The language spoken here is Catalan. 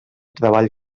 treball